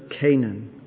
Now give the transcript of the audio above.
Canaan